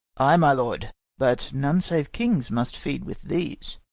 ay, my lord but none save kings must feed with these.